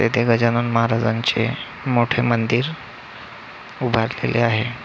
तेथे गजानन महाराजांचे मोठे मंदिर उभारलेले आहे